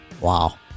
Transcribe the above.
Wow